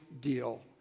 deal